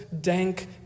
dank